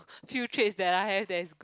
few traits that I have that's g~